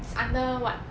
is under what